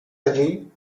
allí